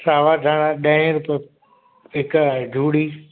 सावा धाणा ॾए रूपे हिक आहे जूड़ी